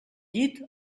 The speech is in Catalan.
llit